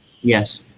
Yes